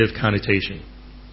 connotation